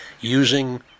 using